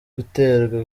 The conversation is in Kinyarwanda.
guterwa